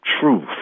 truth